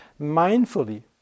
Mindfully